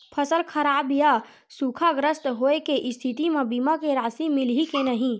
फसल खराब या सूखाग्रस्त होय के स्थिति म बीमा के राशि मिलही के नही?